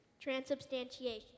Transubstantiation